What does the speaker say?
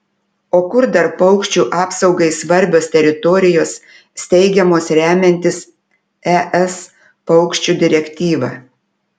o kur dar paukščių apsaugai svarbios teritorijos steigiamos remiantis es paukščių direktyva